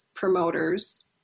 promoters